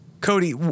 Cody